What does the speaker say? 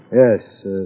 Yes